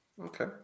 Okay